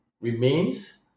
remains